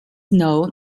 known